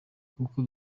kuko